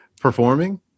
performing